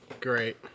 Great